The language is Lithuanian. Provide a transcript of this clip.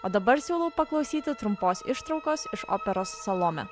o dabar siūlau paklausyti trumpos ištraukos iš operos salomė